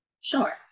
Sure